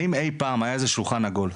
האם אי פעם היה איזשהו שולחן עגול?